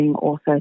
author